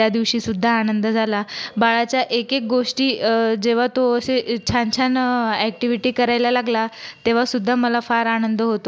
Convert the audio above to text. त्या दिवशीसुद्धा आनंद झाला बाळाच्या एक एक गोष्टी जेव्हा तो अशे छान छान ऍक्टिव्हिटी करायला लागला तेव्हासुद्धा मला फार आनंद होतो